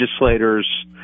legislators